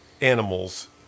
animals